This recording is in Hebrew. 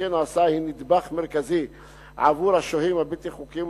שכן הסעה היא נדבך מרכזי עבור השוהים הבלתי-חוקיים,